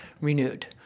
renewed